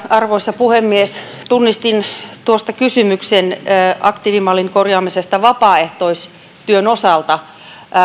arvoisa puhemies tunnistin tuosta kysymyksen aktiivimallin korjaamisesta vapaaehtoistyön osalta